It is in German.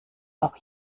auch